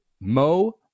Mo